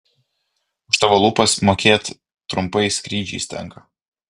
už tavo lūpas mokėt trumpais skrydžiais tenka